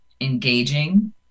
engaging